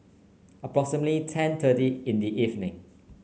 approximately ten thirty in the evening